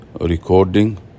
recording